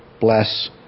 bless